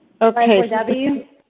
Okay